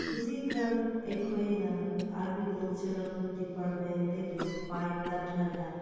ꯍꯧꯖꯤꯛꯀꯥꯟ ꯑꯩꯈꯣꯏꯅ ꯑꯦꯒ꯭ꯔꯤꯀꯜꯆꯔꯦꯜ ꯗꯤꯄꯥꯔꯠꯃꯦꯟꯗꯒꯤ ꯄꯥꯏꯞ ꯅꯠꯇ꯭ꯔꯒ